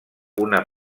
una